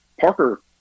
Parker